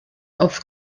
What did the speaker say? auf